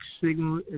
signal